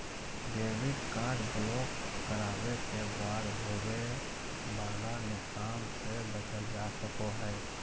debit card block करावे के बाद होवे वाला नुकसान से बचल जा सको हय